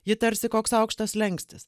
ji tarsi koks aukštas slenkstis